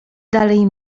dalej